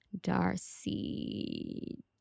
darcy